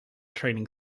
training